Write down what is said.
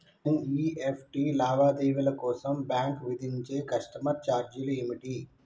NEFT లావాదేవీల కోసం bank విధించే కస్టమర్ ఛార్జీలు ఏమిటి?